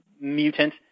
mutant